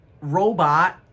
Robot